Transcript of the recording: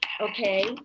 okay